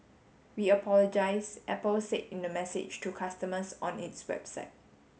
we apologise Apple said in the message to customers on its website